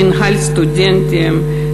מינהל סטודנטים,